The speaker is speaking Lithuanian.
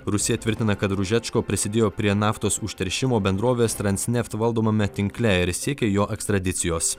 rusija tvirtina kad ružečko prisidėjo prie naftos užteršimo bendrovės transneft valdomame tinkle ir siekė jo ekstradicijos